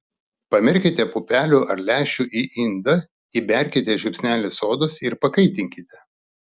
pamerkite pupelių ar lęšių į indą įberkite žiupsnelį sodos ir pakaitinkite